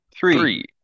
Three